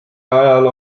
ajal